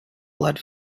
blood